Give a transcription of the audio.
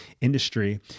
industry